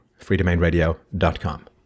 freedomainradio.com